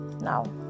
Now